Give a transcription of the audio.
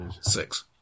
Six